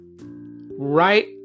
right